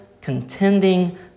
contending